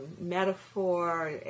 metaphor